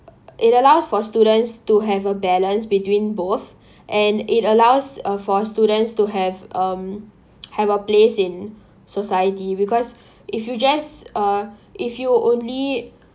it allows for students to have a balance between both and it allows uh for students to have um have a place in society because if you just uh if you only